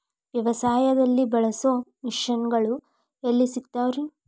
ವ್ಯವಸಾಯದಲ್ಲಿ ಬಳಸೋ ಮಿಷನ್ ಗಳು ಎಲ್ಲಿ ಸಿಗ್ತಾವ್ ರೇ?